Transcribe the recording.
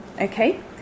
okay